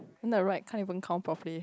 then the right can't even count properly